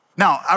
Now